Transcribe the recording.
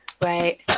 Right